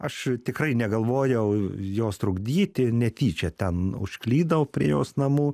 aš tikrai negalvojau jos trukdyti netyčia ten užklydau prie jos namų